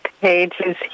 pages